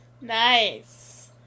Nice